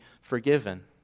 forgiven